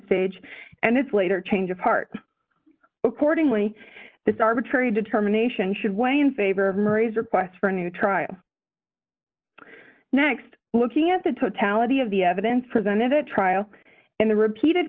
stage and its later change of heart accordingly this arbitrary determination should weigh in favor of murray's requests for a new trial next looking at the totality of the evidence presented at trial and the repeated